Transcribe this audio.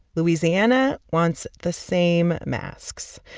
louisiana wants the same masks,